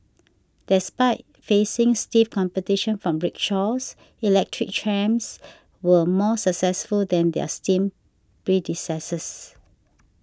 despite facing stiff competition from rickshaws electric trams were more successful than their steam predecessors